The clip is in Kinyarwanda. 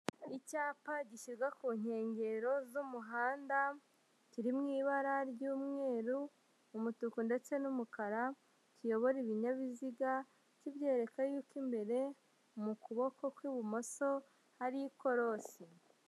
Icyapa gishyirwa ku nkengero z'umuhanda, kiri mu ibara ry'umweru, umutuku ndetse n'umukara, kiyobora ibinyabiziga kibyereka yuko imbere mu kuboko kw'ibumoso hari ikorosi.